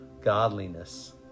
godliness